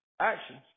Actions